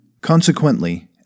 Consequently